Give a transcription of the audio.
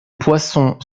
poissons